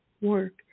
work